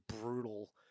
brutal